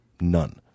None